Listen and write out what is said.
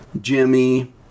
Jimmy